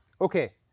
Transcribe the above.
Okay